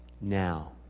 Now